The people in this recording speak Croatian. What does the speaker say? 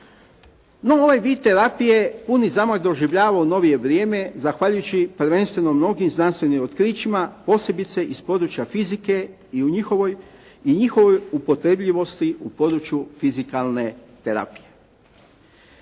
No ove dvije terapije puni zamah doživljava u novije vrijeme zahvaljujući prvenstveno mnogim znanstvenim otkrićima, posebice iz područja fizike i njihovoj upotrebljivosti u području fizikalne terapije.